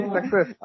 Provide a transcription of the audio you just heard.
Success